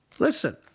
Listen